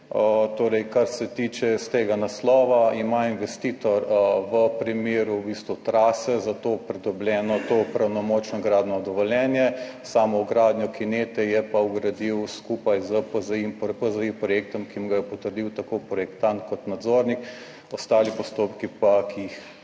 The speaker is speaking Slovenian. torej kar se tiče iz tega naslova ima investitor v primeru v bistvu trase za to pridobljeno to pravnomočno gradbeno dovoljenje, samo vgradnjo kinete je pa vgradil skupaj z PZI projektom, ki jim ga je potrdil tako projektant kot nadzornik, ostali postopki pa, ki jih